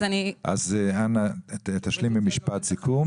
אנא תשלימי משפט סיכום.